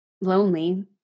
Lonely